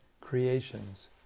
creations